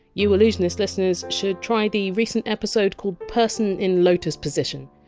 you allusionist listeners should try the recent episode called person in lotus position,